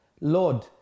Lord